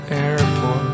airport